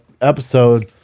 Episode